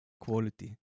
quality